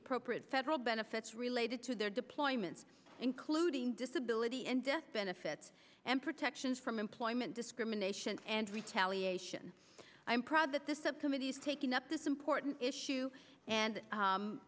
appropriate federal benefits related to their deployments including disability and death benefits and protections from employment discrimination and retaliation i'm proud that the subcommittees taking up this important issue and